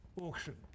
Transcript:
auction